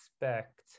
expect